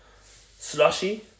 slushy